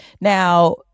Now